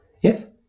yes